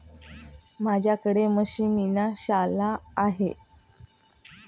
माझ्याकडे पश्मीना शाल आहे